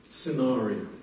scenario